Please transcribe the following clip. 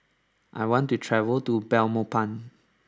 I want to travel to Belmopan